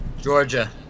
Georgia